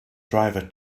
driver